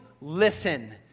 listen